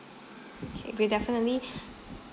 okay we definitely